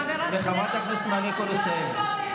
חברת הכנסת פנינה תמנו שטה,